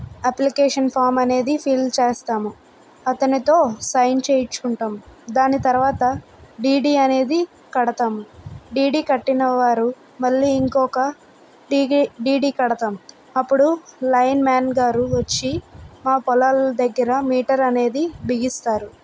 application form అనేది fill చేస్తాము అతనితో సైన్ చేయించుకుంటాము దాని తర్వాత డిడి అనేది కడతాము డిడి కట్టిన వారు మళ్ళి ఇంకొక డీడీ కడతాము అప్పుడు లైన్మాన్ గారు వచ్చి మా పొలాల దగ్గర మీటర్ అనేది బిగిస్తారు